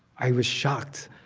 i was shocked.